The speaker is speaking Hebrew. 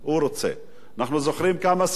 אנחנו זוכרים כמה שרים התחלפו,